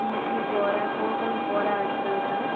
କି କି ବରା କ'ଣ କ'ଣ ବରା ଅଛି ତାଙ୍କ ପାଖରେ